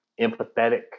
empathetic